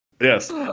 Yes